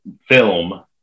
film